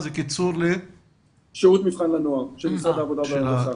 שירות מבחן לנוער של משרד העבודה והרווחה.